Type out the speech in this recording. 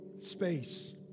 space